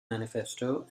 manifesto